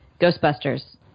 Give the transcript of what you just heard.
Ghostbusters